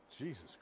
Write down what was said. Jesus